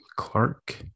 Clark